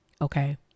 Okay